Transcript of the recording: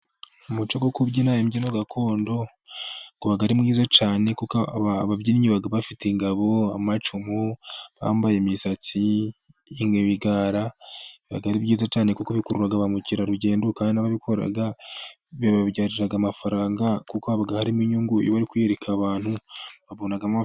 Umuco wo kubyina imbyino gakondo uba ari mwiza cyane, kuko ababyinnyi baba bafite ingabo, amacumu, baba bambaye imisatsi. Ibi biba ari byiza cyane kuko bikurura ba mukerarugendo, kandi n'ababikora bibabyarira amafaranga, kuko haba harimo inyungu bari kwiyereka abantu babonamo amafaranga.